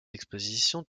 expositions